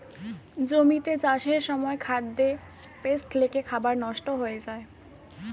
জমিতে চাষের সময় খাদ্যে পেস্ট লেগে খাবার নষ্ট হয়ে যায়